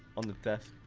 on the desk